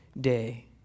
day